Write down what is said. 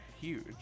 huge